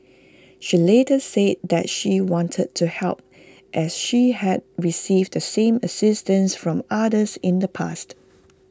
she later said that she wanted to help as she had received the same assistance from others in the past